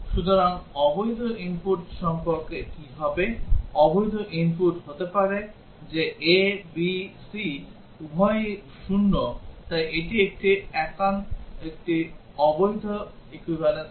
সুতরাং অবৈধ ইনপুট সম্পর্কে কি হবে অবৈধ ইনপুট হতে পারে যে a b c উভয়ই 0 তাই এটি একটি অবৈধ equivalence class